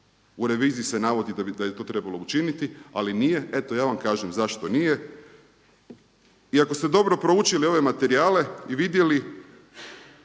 U reviziji se navodi da je to trebalo učiniti, ali nije. Eto ja vam kažem zašto nije. I ako ste dobro proučili ove materijale i vidjeli